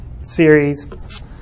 series